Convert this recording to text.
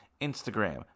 Instagram